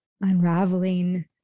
unraveling